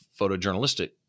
photojournalistic